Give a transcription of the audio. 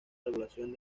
regulación